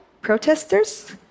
protesters